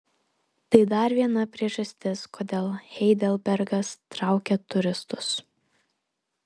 tai dar viena priežastis kodėl heidelbergas traukia turistus